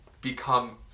become